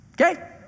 Okay